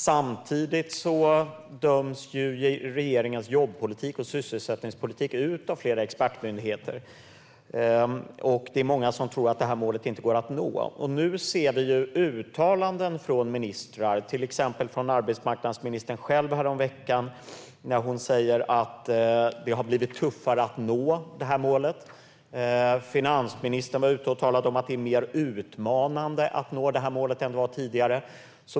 Samtidigt döms regeringens jobbpolitik och sysselsättningspolitik ut av flera expertmyndigheter. Många tror att målet inte går att nå. Nu hör vi olika uttalanden från ministrar. Till exempel sa arbetsmarknadsministern själv häromveckan att det har blivit tuffare att nå målet. Finansministern var ute och talade om att det är mer utmanande att nå målet än tidigare.